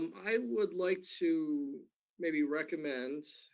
i would like to maybe recommend,